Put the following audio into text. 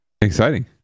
Exciting